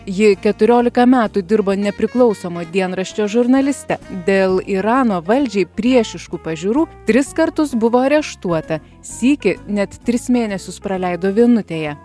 ji keturiolika metų dirbo nepriklausomo dienraščio žurnaliste dėl irano valdžiai priešiškų pažiūrų tris kartus buvo areštuota sykį net tris mėnesius praleido vienutėje